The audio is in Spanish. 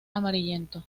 amarillento